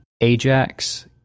Ajax